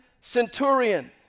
centurion